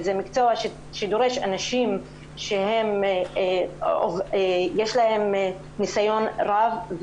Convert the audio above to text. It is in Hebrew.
זה מקצוע שדורש אנשים שיש להם ניסיון רב,